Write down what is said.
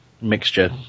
Mixture